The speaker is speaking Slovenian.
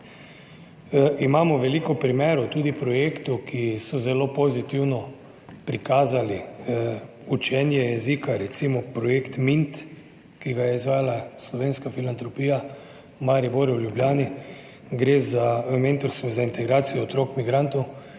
Imamo veliko primerov, tudi projektov, ki so zelo pozitivno prikazali učenje jezika, recimo projekt MINT, ki ga je izvajala Slovenska filantropija v Mariboru, v Ljubljani. Gre za mentorstvo za integracijo otrok migrantov,